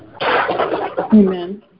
Amen